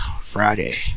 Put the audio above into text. Friday